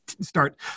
start